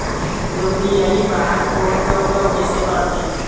UPI bar code के उपयोग कैसे करथें?